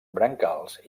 brancals